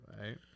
right